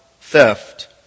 theft